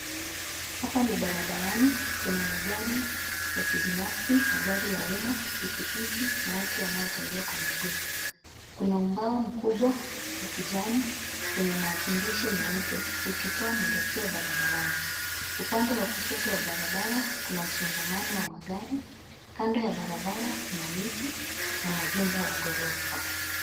Hapa ni barabarani. Kuna magari ya kibinafsi, magari ya umma, pikipiki na watu wanaotembea kwa miguu. Kuna ubao mkubwa wa kijani, wenye maandishi meupe, ukitoa mwelekeo barabarani. Upande wa kushoto wa barabara, kuna msongamano wa magari. Kando ya barabara kuna miti, na majumba ya ghorofa.